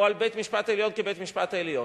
על בית-המשפט העליון כבית-משפט עליון.